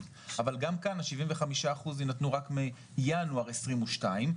אבל גם כאן ה-75% יינתנו רק מינואר 22',